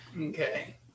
okay